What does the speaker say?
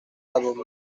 labeaume